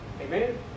Amen